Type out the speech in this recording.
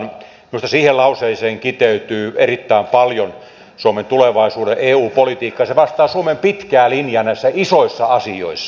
minusta siihen lauseeseen kiteytyy erittäin paljon suomen tulevaisuuden eu politiikkaa ja se vastaa suomen pitkää linjaa näissä isoissa asioissa